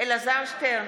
אלעזר שטרן,